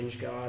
God